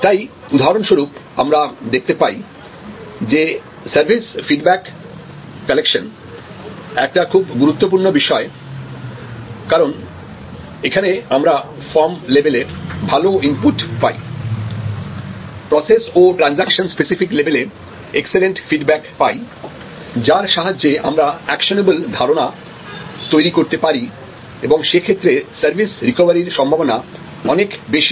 তাই উদাহরণস্বরূপ আমরা দেখতে পাই যে সার্ভিস ফিডব্যাক কালেকশন একটা খুব গুরুত্বপূর্ণ বিষয় কারণ এখানে আমরা ফার্ম লেভেলে ভালো ইনপুট পাই প্রসেস ও ট্রানজাকশন স্পেসিফিক লেভেলে এক্সেলেন্ট ফিডব্যাক পাই যার সাহায্যে আমরা একশনেবল ধারণা তৈরি করতে পারি এবং সে ক্ষেত্রে সার্ভিস রিকভারির সম্ভাবনা অনেক বেশি হয়